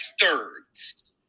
thirds